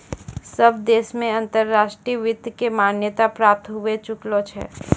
सब देश मे अंतर्राष्ट्रीय वित्त के मान्यता प्राप्त होए चुकलो छै